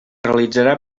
realitzarà